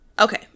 Okay